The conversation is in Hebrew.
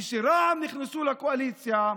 כשרע"מ נכנסו לקואליציה,